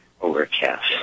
overcast